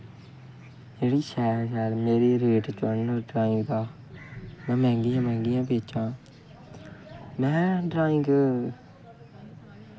जेह्ड़ी शैल शैल रेट च जान मेरी ड्राईंगां में मैंह्गियां मैंह्गियां बेचां में ड्राइंग